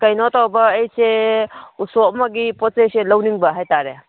ꯀꯩꯅꯣ ꯇꯧꯕ ꯑꯩꯁꯦ ꯎꯁꯣꯞ ꯑꯃꯒꯤ ꯄꯣꯠ ꯆꯩꯁꯦ ꯂꯧꯅꯤꯡꯕ ꯍꯥꯏꯇꯥꯔꯦ